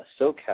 SoCal